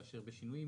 לאשר בשינויים,